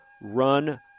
run